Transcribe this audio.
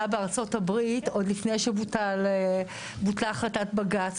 בארצות הברית עוד לפני שבוטלה החלטת בג"צ,